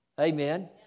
amen